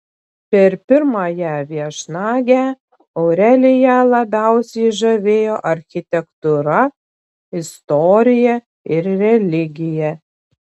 per pirmąją viešnagę aureliją labiausiai žavėjo architektūra istorija ir religija